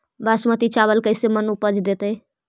बासमती चावल कैसे मन उपज देतै?